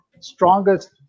strongest